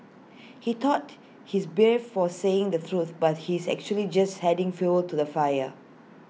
he thought he's brave for saying the truth but he's actually just adding fuel to the fire